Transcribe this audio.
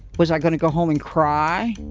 was i going to go home and cry?